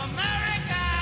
America